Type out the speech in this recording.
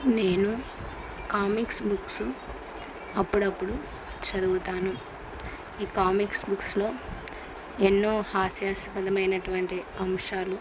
నేను comics books అప్పుడప్పుడు చదువుతాను ఈ కామిక్స్ బుక్స్లో ఎన్నో హాస్యాస్పదమైనటువంటి అంశాలు